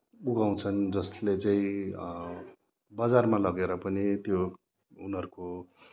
उब्जाउँछन् जसले चाहिँ बजारमा लगेर पनि त्यो उनीहरूको